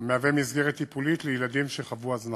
המהווה מסגרת טיפולית לילדים שחוו הזנחה.